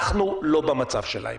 אנחנו לא במצב שלהם.